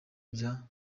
bya